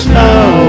now